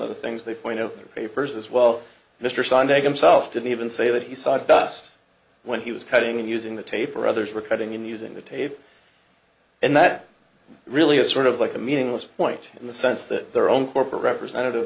of the things they point to their papers as well mr sontag i'm self didn't even say that he saw dust when he was cutting and using the tape or others were cutting in using the tape and that really is sort of like a meaningless point in the sense that their own corporate representative